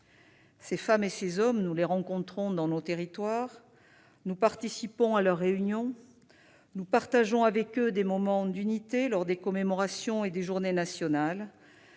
Ces femmes et ces hommes, nous les rencontrons dans nos territoires, nous participons à leurs réunions, nous partageons avec eux des moments d'unité lors des commémorations et des journées nationales.